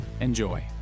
Enjoy